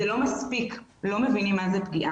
לא מבינים מה זו פגיעה.